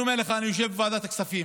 אני אומר לך: אני יושב בוועדת הכספים